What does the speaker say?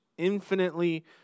infinitely